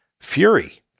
Fury